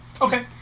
okay